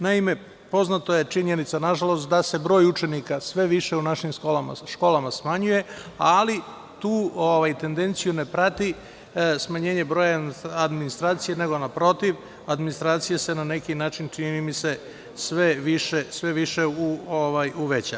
Naime, poznata je činjenica, nažalost, da se broj učenika sve više u našim školama smanjuje, ali tu tendenciju ne prati smanjenje broja administracije, nego naprotiv, administracija se na neki način, čini mi se sve više uvećava.